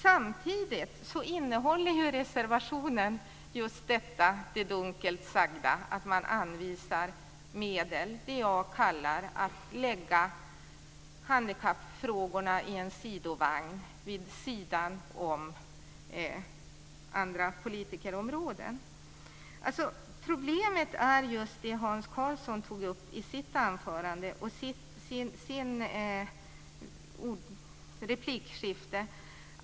Samtidigt innehåller ju reservationen just detta dunkelt sagda, dvs. att man anvisar medel. Jag kallar det för att lägga handikappfrågorna i en sidovagn, vid sidan av andra politiska områden. Problemet är just det som Hans Karlsson tog upp i sitt anförande och sina repliker.